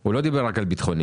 הוא לא דיבר רק על ביטחוניים.